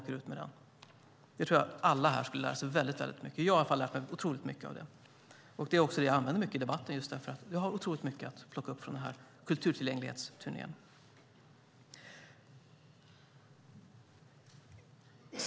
Det tror jag att alla här skulle lära sig mycket av. Jag har i alla fall lärt mig otroligt mycket av det. Jag använder också detta i debatten just därför att jag har mycket att plocka fram från denna kulturtillgänglighetsturné.